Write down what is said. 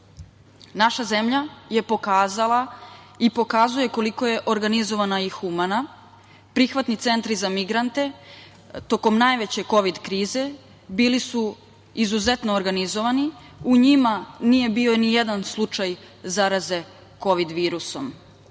zemlja je pokazala i pokazuje koliko je organizovana i humana, prihvatni centri za migrante tokom najveće Kovid krize, bili su izuzetno organizovani. U njima nije bio nijedan slučaj zaraze Kovidom virusom,